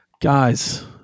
Guys